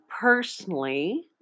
personally